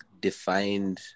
defined